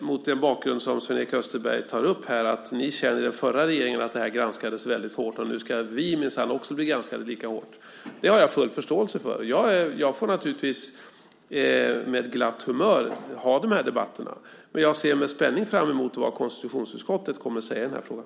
Mot bakgrund av det Sven-Erik Österberg här tar upp förstår jag att ni i den förra regeringen känner att ni granskades väldigt hårt, så nu ska vi minsann bli granskade lika hårt. Det har jag full förståelse för. Jag får naturligtvis med glatt humör ha de här debatterna. Men jag ser med spänning fram emot vad konstitutionsutskottet kommer att säga i den här frågan.